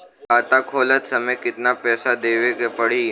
खाता खोलत समय कितना पैसा देवे के पड़ी?